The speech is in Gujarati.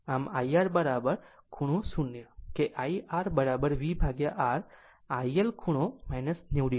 આમ IR IR ખૂણો 0 કે IRVR ILIL ખૂણો 90 oછે